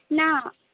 না